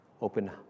open